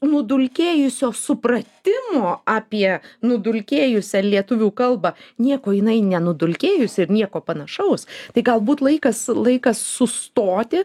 nudulkėjusio supratimo apie nudulkėjusią lietuvių kalbą nieko jinai nenudulkėjusi ir nieko panašaus tai galbūt laikas laikas sustoti